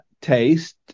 taste